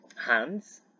Hands